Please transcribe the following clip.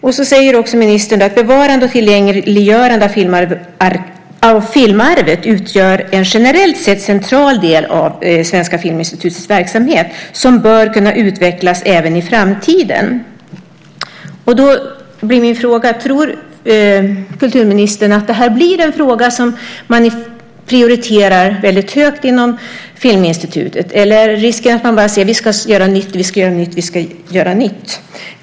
Ministern säger också i sitt svar att bevarandet och tillgängliggörandet av filmarvet generellt sett utgör en central del av Svenska Filminstitutets verksamhet som bör kunna utvecklas även i framtiden. Då blir min fråga: Tror kulturministern att detta blir en fråga som man prioriterar väldigt högt inom Filminstitutet, eller är risken att man bara ser på att göra nytt, göra nytt och göra nytt?